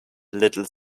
little